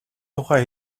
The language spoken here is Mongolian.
тухай